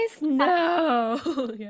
No